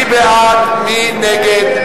מי בעד, מי נגד?